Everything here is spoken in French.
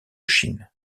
chine